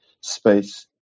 space